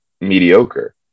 mediocre